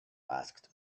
asked